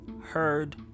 heard